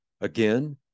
Again